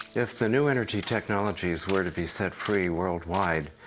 if the new energy technologies were to be set free worldwide,